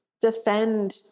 defend